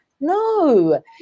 No